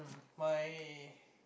my